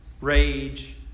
rage